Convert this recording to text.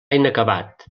inacabat